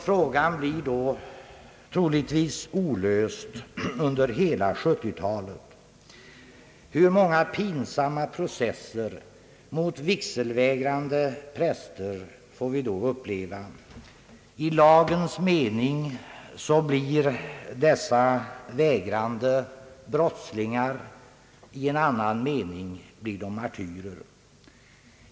Frågan blir då troligtvis olöst under hela 1970-talet. Hur många pinsamma processer mot vigselvägrande präster får vi då uppleva? I lagens mening blir de vägrande prästerna brottslingar — i en annan mening martyrer.